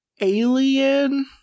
alien